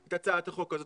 את הצעת החוק הזאת.